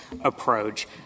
approach